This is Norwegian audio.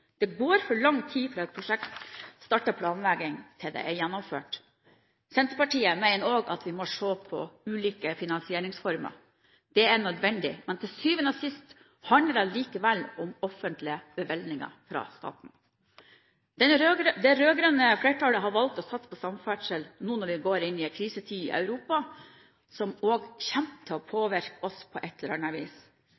Det går for lang tid fra et prosjekt starter planlegging, til det er gjennomført. Senterpartiet mener også at vi skal se på ulike finansieringsformer. Det er nødvendig. Men til syvende og sist handler det likevel om offentlige bevilgninger fra staten. Det rød-grønne flertallet har valgt å satse på samferdsel, nå når vi går inn i en krisetid i Europa som også kommer til å påvirke oss på